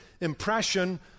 impression